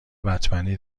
بتمنی